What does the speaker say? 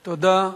תודה.